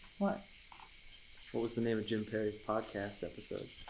what was the name of jim perry's podcast episode?